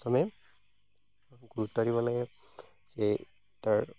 প্ৰথমে গুৰুত্ব দিব লাগে যে তাৰ